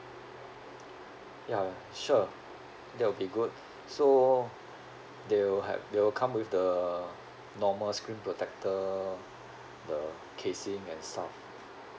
ya sure that would be good so they will ha~ they will come with the normal screen protector the casing and stuff